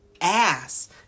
ass